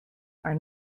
are